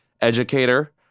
educator